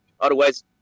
Otherwise